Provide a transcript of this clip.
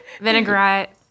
vinaigrette